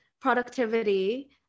productivity